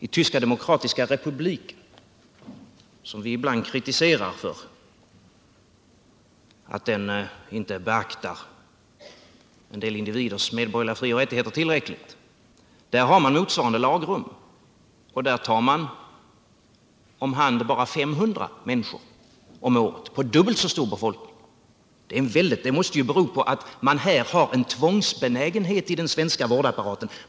I Tyska demokratiska republiken, som vi ibland kritiserar för att den inte beaktar en del individers medborgerliga frioch rättigheter tillräckligt, har man motsvarande lagrum, och där tar man om hand bara 500 människor om året på dubbelt så stor befolkning. Att siffran för vårt land är så hög måste ju bero på att man har en tvångsbenägenhet i den svenska vårdapparaten.